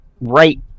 Right